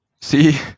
See